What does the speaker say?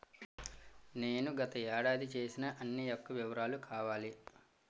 నేను గత ఏడాది చేసిన అన్ని యెక్క వివరాలు కావాలి?